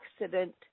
accident